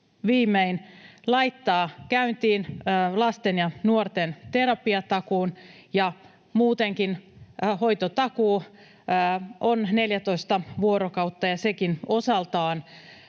viimein laittaa käyntiin lasten ja nuorten terapiatakuun. Muutenkin hoitotakuu on 14 vuorokautta, ja sekin osaltaan